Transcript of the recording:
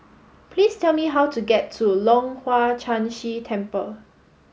please tell me how to get to Leong Hwa Chan Si Temple